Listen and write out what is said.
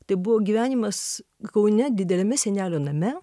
tai buvo gyvenimas kaune dideliame senelio name